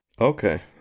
okay